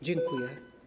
Dziękuję.